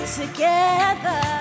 together